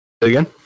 again